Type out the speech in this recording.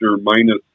minus